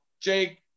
Jake